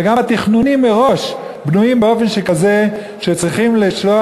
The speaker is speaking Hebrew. וגם התכנונים מראש בנויים באופן כזה שצריכים לשלוח,